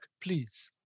please